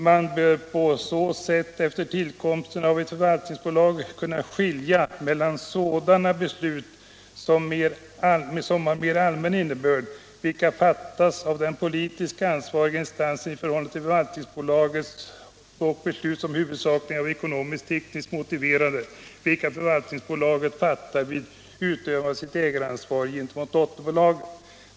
Man bör på så sätt efter tillkomsten av ett förvaltningsbolag kunna skilja mellan sådana beslut av mer allmän innebörd, vilka fattas av den politiskt ansvariga instansen i förhållande till förvaltningsbolaget, och beslut som huvudsakligen är ekonomiskt-tekniskt motiverade, vilka förvaltningsbolaget fattar vid utövandet av sitt ägaransvar gentemot dotterbolagen.